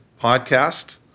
podcast